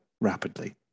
rapidly